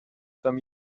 tam